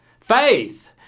faith